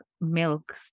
milk